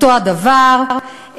אותו הדבר,